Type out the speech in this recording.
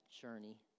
journey